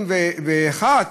ו-23 בחודש,